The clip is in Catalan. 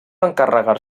encarregar